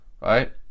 right